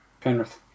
Penrith